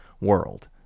world